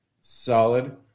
solid